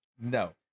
No